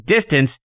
DISTANCE